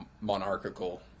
monarchical